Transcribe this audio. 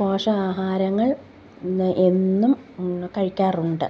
പോഷഹാഹാരങ്ങൾ എന്നും ഇവിടെ കഴിക്കാറുണ്ട്